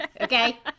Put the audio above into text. Okay